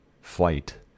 flight